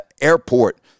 airport